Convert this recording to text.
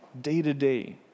day-to-day